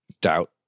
Doubt